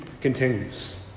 continues